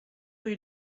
rue